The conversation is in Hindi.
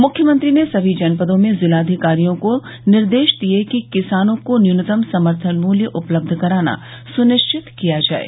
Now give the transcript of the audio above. मुख्यमंत्री ने समी जनपदों में जिलाधिकारियों को निर्देश दिये कि किसानों को न्यूनतम समर्थन मूल्य उपलब्ध कराना सुनिश्चित किया जाये